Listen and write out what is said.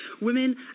women